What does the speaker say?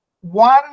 one